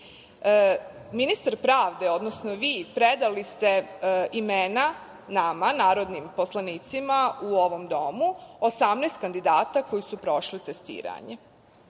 funkcije. Ministar pravde, odnosno vi, predali ste imena nama, narodnim poslanicima u ovom domu, 18 kandidata koji su prošli testiranje.